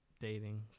dating